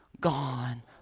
gone